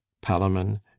palamon